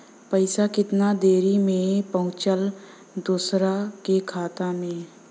पैसा कितना देरी मे पहुंचयला दोसरा के खाता मे?